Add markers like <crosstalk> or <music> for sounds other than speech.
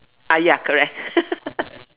ya correct <laughs>